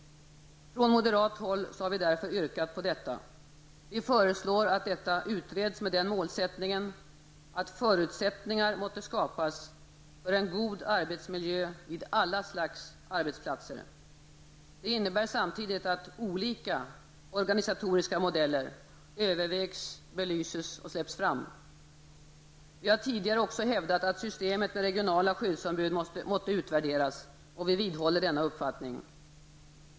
Från moderat håll har vi därför yrkat på detta. Vi föreslår att detta utreds med den målsättningen att förutsättningar skall skapas för en god arbetsmiljö vid alla slags arbetsplatser. Det innebär samtidigt att olika organisatoriska modeller övervägs, belyses och släpps fram. Vi har tidigare också hävdat att systemet med regionala skyddsombud bör utvärderas. Vi vidhåller denna uppfattning.